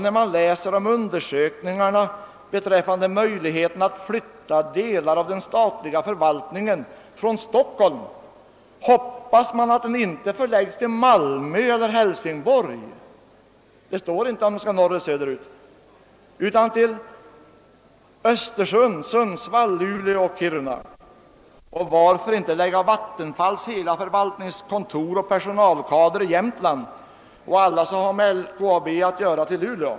När man läser om undersökningarna beträffande möjligheten att flytta delar av den statliga förvaltningen från Stockholm hoppas man att de inte förläggs till Malmö eller Hälsingborg — det står inte om den skall norrut eller söderut — utan till Östersund, Sundsvall, Luleå och Kiruna. Och varför inte lägga Vattenfalls hela förvaltningskontor och personalkader i Jämtland och förlägga alla som har med LKAB att göra till Luleå?